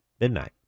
midnight